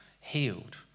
healed